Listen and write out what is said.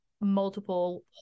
multiple